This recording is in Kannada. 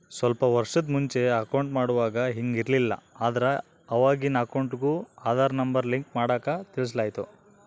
ಸ್ವಲ್ಪ ವರ್ಷುದ್ ಮುಂಚೆ ಅಕೌಂಟ್ ಮಾಡುವಾಗ ಹಿಂಗ್ ಇರ್ಲಿಲ್ಲ, ಆದ್ರ ಅವಾಗಿನ್ ಅಕೌಂಟಿಗೂ ಆದಾರ್ ನಂಬರ್ ಲಿಂಕ್ ಮಾಡಾಕ ತಿಳಿಸಲಾಯ್ತು